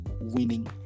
winning